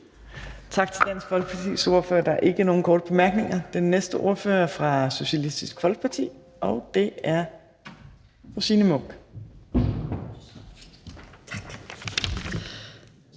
Tak til Dansk Folkepartis ordfører. Der er ikke nogen korte bemærkninger. Den næste ordfører er fra Socialistisk Folkeparti, og det er fru Signe Munk.